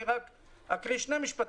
אני אקריא רק שני משפטים